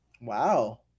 Wow